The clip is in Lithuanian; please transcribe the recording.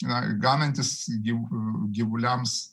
na ganantis gyvuliams